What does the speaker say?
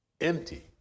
Empty